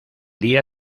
día